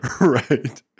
right